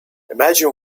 imagine